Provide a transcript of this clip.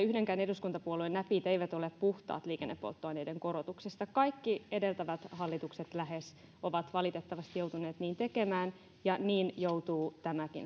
yhdenkään eduskuntapuolueen näpit eivät ole puhtaat liikennepolttoaineiden korotuksista lähes kaikki edeltävät hallitukset ovat valitettavasti joutuneet korotuksia tekemään ja niin joutuu tämäkin